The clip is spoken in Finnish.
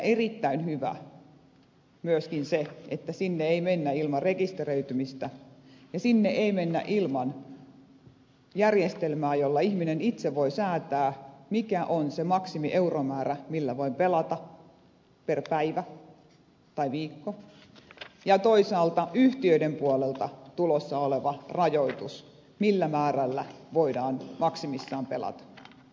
erittäin hyvä myöskin se että sinne ei mennä ilman rekisteröitymistä ja sinne ei mennä ilman järjestelmää jolla ihminen itse voi säätää mikä on se maksimieuromäärä millä voi pelata per päivä tai viikko ja toisaalta on yhtiöiden puolelta tulossa oleva rajoitus millä määrällä voidaan maksimissaan pelata